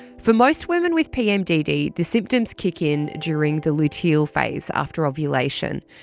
for most women with pmdd, the symptoms kick in during the luteal phase, after ovulation,